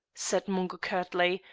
said mungo curtly,